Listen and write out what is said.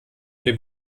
dem